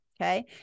Okay